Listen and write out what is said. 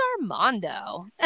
Armando